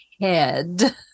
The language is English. head